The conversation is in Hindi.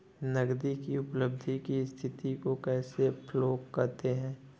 नगदी की उपलब्धि की स्थिति को कैश फ्लो कहते हैं